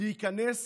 להיכנס